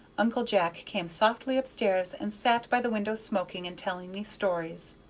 uncle jack came softly up stairs and sat by the window, smoking and telling me stories.